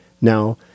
Now